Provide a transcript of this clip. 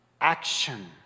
action